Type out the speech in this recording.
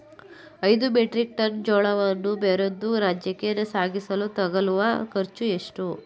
ಐದು metric tonne ಜೋಳವನ್ನು ಬೇರೊಂದು ರಾಜ್ಯಕ್ಕೆ ಸಾಗಿಸಲು ತಗಲುವ ಖರ್ಚು ಎಷ್ಟು?